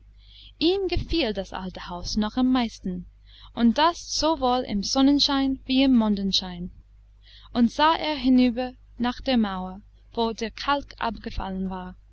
ihm gefiel das alte haus noch am meisten und das sowohl im sonnenschein wie im mondenschein und sah er hinüber nach der mauer wo der kalk abgefallen war